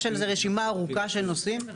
יש על רשימה ארוכה של נושאים.